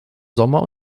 sommer